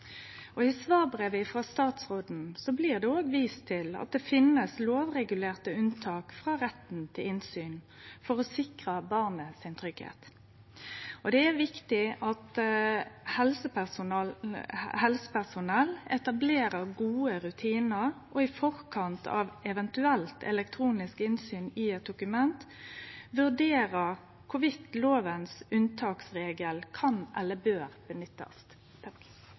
måte. I svarbrevet frå statsråden blir det òg vist til at det finst lovregulerte unntak frå retten til innsyn for å sikre tryggleiken til barnet. Det er viktig at helsepersonell etablerer gode rutinar og i forkant av eventuelt elektronisk innsyn i eit dokument vurderer i kva grad unntaksregelen frå lova kan eller bør